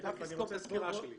אני רק אסיים את הסקירה שלי.